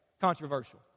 controversial